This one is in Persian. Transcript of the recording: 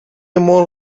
مرغ